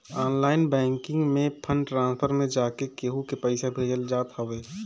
online banking में fund transfer में जाके केहू के पईसा भेजल जात हवे